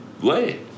lay